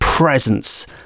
presence